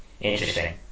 Interesting